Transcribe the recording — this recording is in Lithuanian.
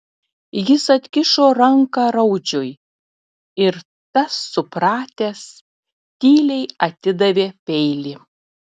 jis atkišo ranką raudžiui ir tas supratęs tyliai atidavė peilį